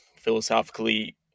philosophically